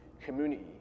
community